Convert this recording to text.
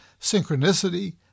synchronicity